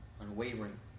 unwavering